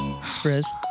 Frizz